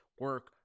Work